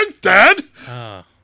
dad